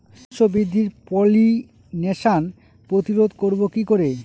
শস্য বৃদ্ধির পলিনেশান প্রতিরোধ করব কি করে?